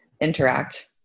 interact